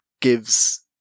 gives